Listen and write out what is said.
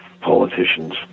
politicians